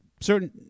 certain